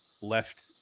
left